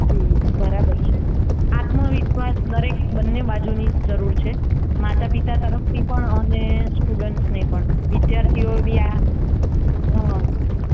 બરાબર છે આત્મવિશ્વાસ દરેક બંને બાજુની જરૂર છે માતા પિતા તરફથી પણ અને સ્ટુડન્ટ્સને પણ વિદ્યાર્થીઓએ ભી આ